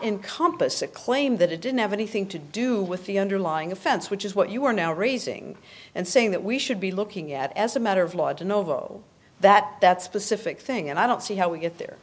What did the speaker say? encompass a claim that it didn't have anything to do with the underlying offense which is what you are now raising and saying that we should be looking at as a matter of large and over that that specific thing and i don't see how we get there